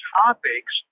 topics